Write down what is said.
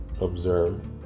observe